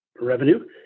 revenue